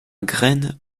graines